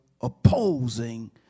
opposing